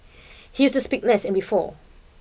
he used to speak less and before